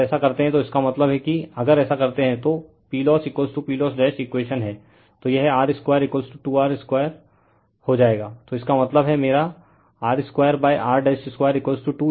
अगर ऐसा करते हैं तो इसका मतलब है कि अगर ऐसा करते हैं तो PLossPLoss इकवेशन हैं तो यह r 22 r 2 हो जाएगा तो इसका मतलब है मेरा r 2 r 22 यह इक्वेशन 4 है